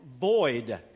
Void